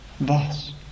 thus